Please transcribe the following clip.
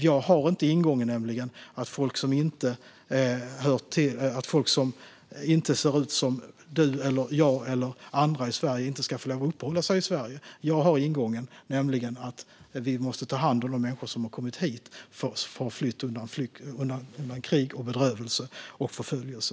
Jag har inte ingången att folk som inte ser ut som du, jag eller andra i Sverige inte ska få lov att uppehålla sig i Sverige. Jag har ingången att vi måste ta hand om de människor som har kommit hit på flykt undan krig, bedrövelse och förföljelse.